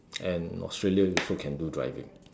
and Australia you also can do driving